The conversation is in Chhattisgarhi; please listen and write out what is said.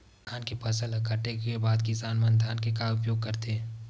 धान के फसल ला काटे के बाद किसान मन धान के का उपयोग करथे?